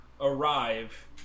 arrive